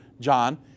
John